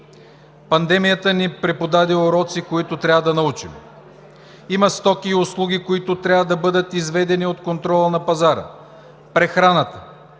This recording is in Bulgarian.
„Пандемията ни преподаде уроци, които трябва да научим. Има стоки и услуги, които трябва да бъдат изведени от контрола на пазара – прехраната,